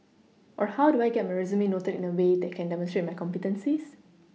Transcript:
or how do I get my resume noted in a way that can demonstrate my competencies